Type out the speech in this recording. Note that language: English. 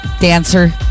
dancer